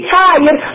tired